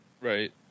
right